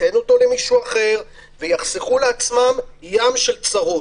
ייתן אותו למישהו אחר ויחסכו לעצמם ים של צרות.